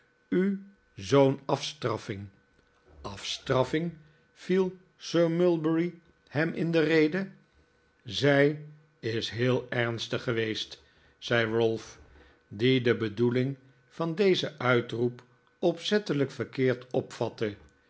u zoo'n afstraffing afstraffing viel sir mulberry hem in de rede zij is heel ernstig geweest zei ralph die de bedoeling van dezen uitroep opzettelijk verkeerd opvatte